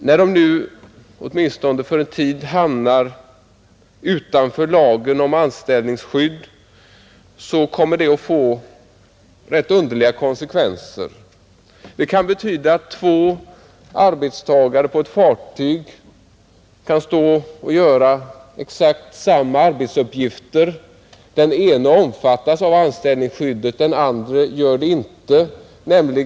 När dessa anställda åtminstone för en tid hamnar utanför lagen om anställningsskydd får detta ganska underliga konsekvenser. Det kan sålunda medföra att av två arbetstagare ombord på ett fartyg, vilka fullgör exakt samma arbetsuppgifter, kan den ene omfattas av anställningsskyddet men inte den andre.